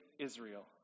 Israel